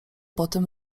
potem